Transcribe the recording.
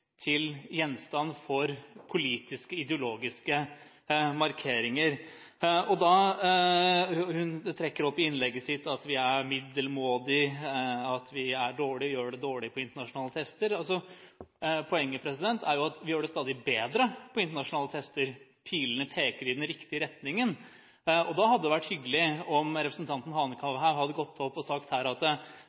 til gjenstand for politiske, ideologiske markeringer, og hun trekker opp i innlegget sitt at vi er middelmådige, at vi gjør det dårlig på internasjonale tester, men saken er at vi gjør det stadig bedre på internasjonale tester – pilene peker i den riktige retningen. Da hadde det vært hyggelig om representanten Hanekamhaug hadde gått opp her og sagt at